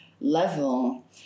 level